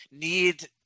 need